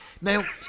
Now